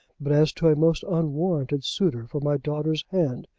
but as to a most unwarranted suitor for my daughter's hand.